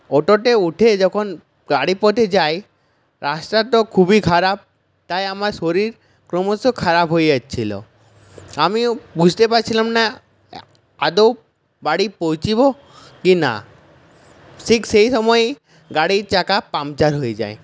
অটোতে উঠে যখন বাড়ি পথে যাই রাস্তা তো খুবই খারাপ তাই আমার শরীর ক্রমশ খারাপ হয়ে যাচ্ছিল আমিও বুঝতে পারছিলাম না আদৌ বাড়ি পৌঁছব কি না ঠিক সেই সময়ই গাড়ির চাকা পাংচার হয়ে যায়